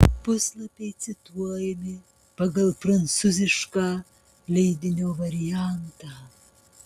puslapiai cituojami pagal prancūzišką leidinio variantą